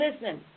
listen